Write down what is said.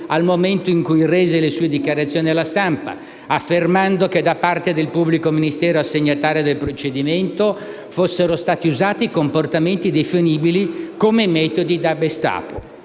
al momento in cui rese le sue dichiarazioni alla stampa, affermando che da parte del pubblico assegnatario del procedimento fossero stati usati comportamenti definibili come «metodi da Gestapo».